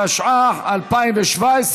התשע"ח 2017,